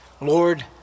Lord